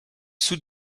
sous